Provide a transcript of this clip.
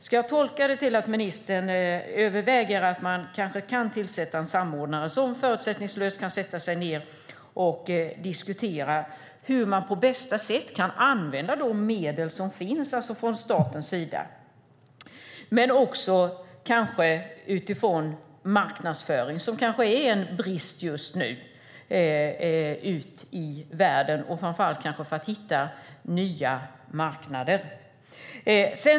Ska jag tolka det som att ministern överväger möjligheten att tillsätta en samordnare som förutsättningslöst kan sätta sig ned och diskutera hur man på bästa sätt kan använda de medel som finns från statens sida men också diskutera marknadsföring ut i världen, som är en brist just nu, framför allt för att hitta nya marknader?